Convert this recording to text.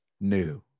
new